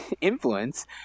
influence